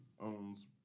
owns